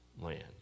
land